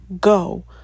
go